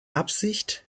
absicht